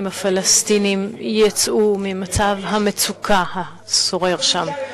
הפלסטיניים יצאו ממצב המצוקה השורר שם,